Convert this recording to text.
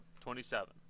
Twenty-seven